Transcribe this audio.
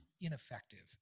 ineffective